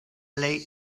lay